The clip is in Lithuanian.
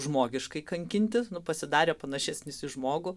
žmogiškai kankintis nu pasidarė panašesnis į žmogų